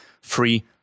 free